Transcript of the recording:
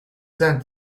sent